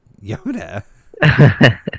Yoda